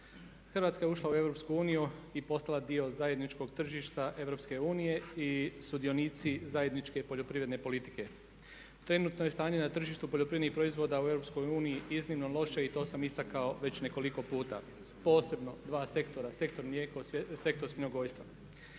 Hrvatska je ušla u EU i postala dio zajedničkog tržišta EU i sudionici zajedničke poljoprivredne politike. Trenutno je stanje na tržištu poljoprivrednih proizvoda u EU iznimno loše i to sam istakao već nekoliko puta. Posebno dva sektora, sektor mlijeko, sektor svinjogojstva.